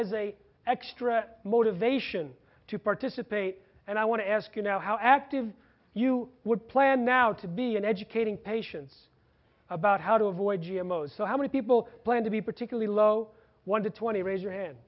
as a extra motivation to participate and i want to ask you now how active you would plan out to be in educating patients about how to avoid g m o so how many people plan to be particularly low one to twenty raise your hand